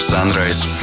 Sunrise